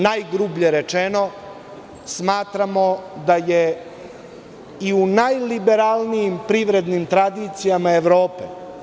Najgrublje rečeno smatramo da je i najliberalnijim privrednim tradicijama Evrope.